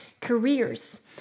careers